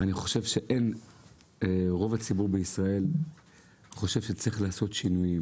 אני חושב שרוב הציבור בישראל חושב שצריך לעשות שינויים